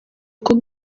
uko